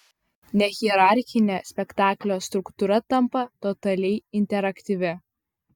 nehierarchinė spektaklio struktūra tampa totaliai interaktyvi